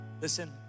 Listen